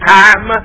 time